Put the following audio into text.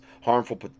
harmful